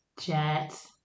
Jet